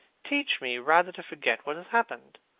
teach me rather to forget what has happened,